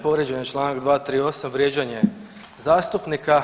Povrijeđen je članak 238. vrijeđanje zastupnika.